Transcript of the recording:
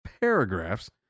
paragraphs